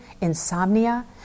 insomnia